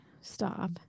stop